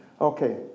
okay